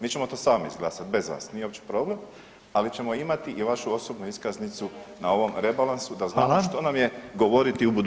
Mi ćemo to sami izglasat bez vas, nije uopće problem, ali ćemo imati i vašu osobnu iskaznicu na ovom rebalansu da znamo [[Upadica: Hvala]] što nam je govoriti u budućnosti.